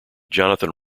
jonathan